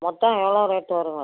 மொத்தம் எவ்வளோ ரேட்டு வரும்